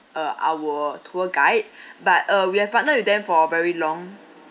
uh our tour guide but uh we have partner with them for a very long